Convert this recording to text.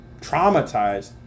traumatized